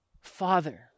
Father